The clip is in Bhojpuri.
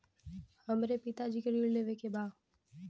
हमरे पिता जी के ऋण लेवे के बा?